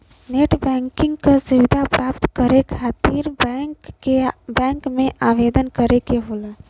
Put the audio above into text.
net banking क सुविधा प्राप्त करे खातिर बैंक में आवेदन करे क होला